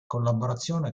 collaborazione